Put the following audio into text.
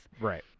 Right